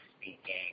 speaking